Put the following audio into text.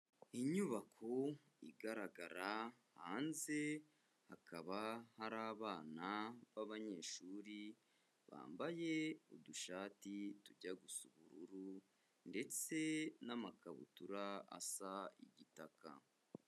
Inyubako igaragara hanze hakaba hari abana b'abanyeshuri bambaye udushati tujya gusa ubururu ndetse n'amakabutura asa igitaka.